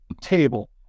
table